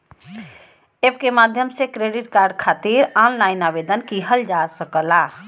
app के मदद से क्रेडिट कार्ड खातिर ऑनलाइन आवेदन किहल जा सकला